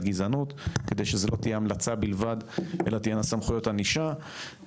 גזענות כדי שזו לא תהיה המלצה בלבד אלא תהיינה סמכויות ענישה,